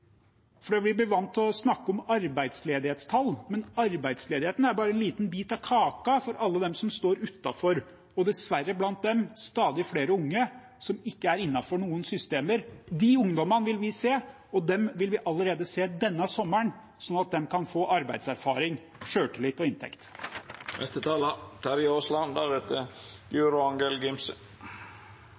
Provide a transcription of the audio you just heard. vi er vant til å snakke om arbeidsledighetstall. Men arbeidsledigheten er bare en liten bit av kaka av alle dem som står utenfor, og blant dem er det dessverre stadig flere unge som ikke er innenfor noen systemer. De ungdommene vil vi se, og de vil vi se allerede denne sommeren, sånn at de kan få arbeidserfaring, selvtillit og